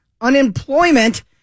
unemployment